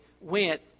went